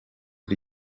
ryo